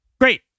Great